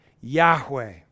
Yahweh